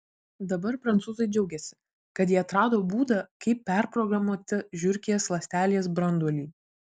dabar prancūzai džiaugiasi kad jie atrado būdą kaip perprogramuoti žiurkės ląstelės branduolį